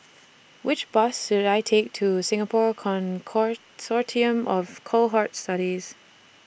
Which Bus should I Take to Singapore Consortium of Cohort Studies